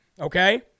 Okay